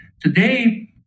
Today